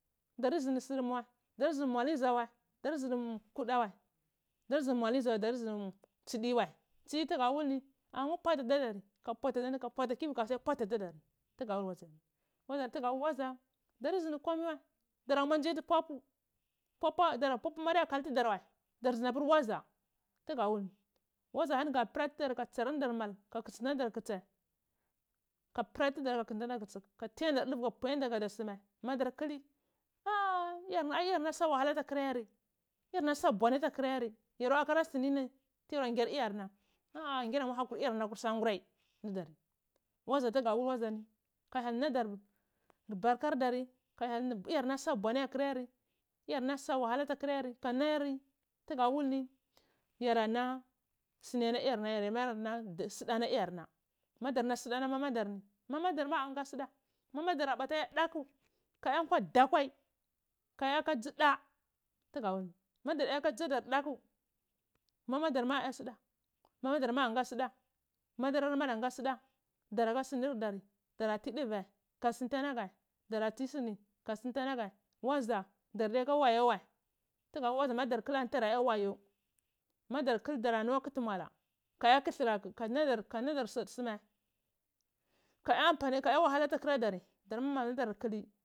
Nni sur mu wai dar di muali dzhhai wu dardi ntsidi wai ka suya pwati kiviak suya bwati tudari tuguda wul waziyarni tuya da wul wadza darndi zundi komai wa daramular nzdi adzi papu papu ma adiya kal tudar ma wai dar nzidi a purpu ma adiya kal tudar ma wai dar nzidi apur wadja tuga wul ni wadza hani ga pura tudar kka kitsinkta ladar mal ka kotsinta adadar kotsai ka pwi aladar mal ka kotsinta dadar kotsai ka pwi aladar ɗuvai kadar sumai madar kuli ai iyarna sa wahala ata kura yar iyarna sa mbwanai ata kyra dar dora yaka sunini tuyora ngyar iyana ngyar ya muar hahur iyarna akwi sangurai ndudar wadza tuga wul tudor ni ka hyel nadari burkar dar ka hyel nadar iyarna sa bwani ata kura yar iyar na sa wahala ta kura yari hura yari tuga wul tidar yarana suni and duvir nhhi yar ana suda ana iyama madarnu sad oni mamadar anga sudai wadzar na anga suda mamadar abada ga datsu ka ya nkwa dakwai ka ya ha dzi da tuga ɗa wul ni tu ɗar ya ka ɗzavar daku mmamadar ma anga nnsuda wazar ma angaso ɗa madurma adanga suda saraka sunir dari dara tiduva ku sun tai anagu dora nti suni ka sun tai ana ghe waga dardiyatea wawo wai tuga wul wadza ma modar holi antudar ya, wawo madar kul dara nlungwa kuti mwala kaya kudulrati ka n nnadar sur suma ka ya am pani kanadar sor dar kuni.